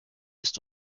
ist